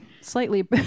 slightly